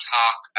talk